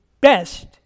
best